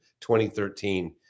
2013